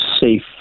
safe